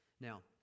Now